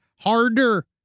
harder